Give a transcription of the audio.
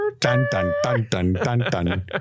Dun-dun-dun-dun-dun-dun